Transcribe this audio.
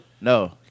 No